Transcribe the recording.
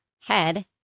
head